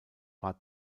war